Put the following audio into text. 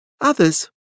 others